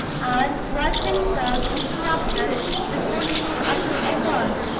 and was himself interrupted before he could utter a word.